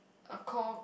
a core